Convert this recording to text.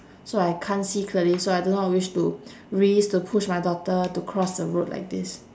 so I can't see clearly so I do not wish to risk to push my daughter to cross the road like this